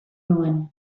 nuen